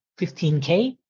15K